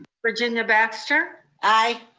virginia baxter. aye.